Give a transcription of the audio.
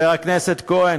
שנה,